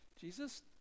Jesus